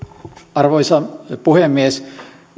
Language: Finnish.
arvoisa puhemies